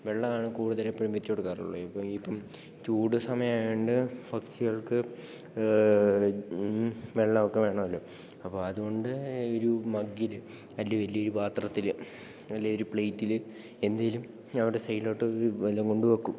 വെള്ളമാണ് കൂടുതലെപ്പോഴും വച്ചുകൊടുക്കാറുള്ളത് ഇപ്പോള് ചൂടുസമയമായതുകൊണ്ട് പക്ഷികൾക്ക് വെള്ളമൊക്കെ വേണമല്ലോ അപ്പോള് അതുകൊണ്ട് ഈ ഒരു മഗ്ഗില് അല്ലേ വലിയൊരു പാത്രത്തില് അല്ലേ ഒരു പ്ലേറ്റില് എന്തേലും അവിടെ സൈഡിലോട്ടുവല്ലോം കൊണ്ടുവയ്ക്കും